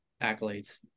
accolades